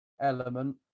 element